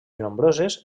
nombroses